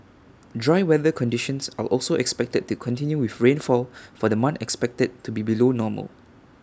dry weather conditions are also expected to continue with rainfall for the month expected to be below normal